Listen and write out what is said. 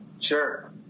sure